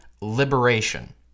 liberation